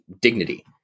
dignity